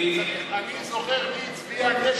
אני זוכר מי הצביע בליכוד נגד זה,